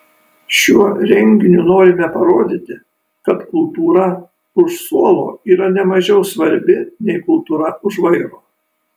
šiuo renginiu norime parodyti kad kultūra už suolo yra ne mažiau svarbi nei kultūra už vairo